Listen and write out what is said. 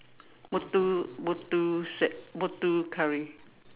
Muthu Muthu set Muthu curry